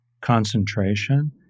concentration